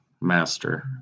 Master